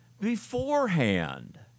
beforehand